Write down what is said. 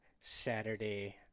Saturday